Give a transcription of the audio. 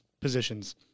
positions